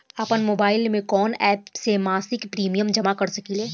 आपनमोबाइल में कवन एप से मासिक प्रिमियम जमा कर सकिले?